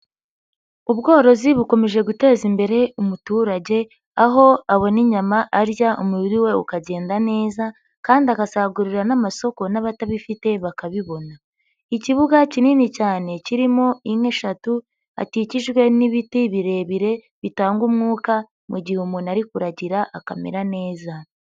Ubworozi bukomeje guteza imbere umuturage, aho abona inyama arya umubiri we ukagenda neza kandi agasagurira n'amasoko n'abatabifite bakabibona. Ikibuga kinini cyane kirimo inka eshatu, hakikijwe n'ibiti birebire, bitanga umwuka, mu gihe umuntu ari kuragira akamera neza.